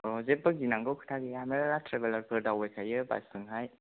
जेबबो गिनांगौ खोथा गैया मेरला थ्रेबेलारफोर दावबायखायो बासजोंहाय